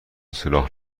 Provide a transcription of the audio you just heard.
سوراخ